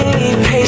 patient